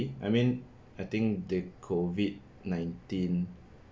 I mean I think the COVID nineteen